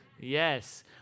Yes